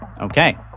okay